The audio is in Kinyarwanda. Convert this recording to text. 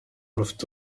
rufite